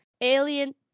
alien